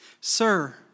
Sir